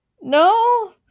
No